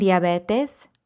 diabetes